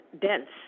dense